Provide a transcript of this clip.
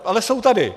Ale jsou tady.